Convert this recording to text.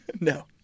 No